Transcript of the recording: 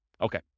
Okay